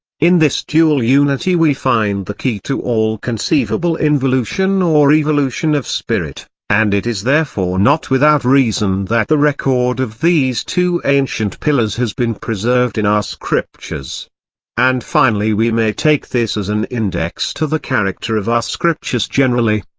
in this dual-unity we find the key to all conceivable involution or evolution of spirit and it is therefore not without reason that the record of these two ancient pillars has been preserved in our scriptures and finally we may take this as an index to the character of our scriptures generally.